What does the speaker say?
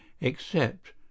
except—